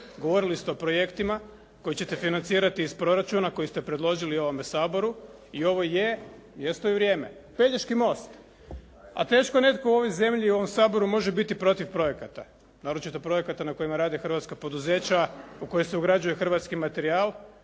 Govorili ste o projektima koje ćete financirati iz proračuna koji ste predložili ovome Saboru i ovo je mjesto i vrijeme. Pelješki most, a teško netko u ovoj zemlji i ovom Saboru može biti protiv projekata, naročito projekata na kojima rade hrvatske poduzeća u koje se ugrađuje hrvatski materijal,